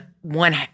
one